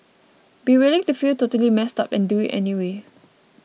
be willing to feel totally messed up and do it anyway